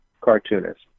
cartoonist